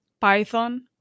Python